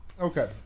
Okay